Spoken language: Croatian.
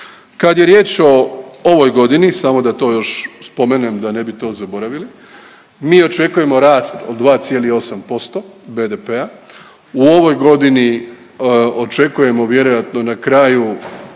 Kad je riječ o ovoj godini, samo da to još spomenem da ne bi to zaboravili, mi očekujemo rast od 2,8% BDP-a u ovoj godini očekujemo vjerojatno na kraju